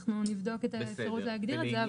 אנחנו נבדוק את האפשרות להגדיר את זה,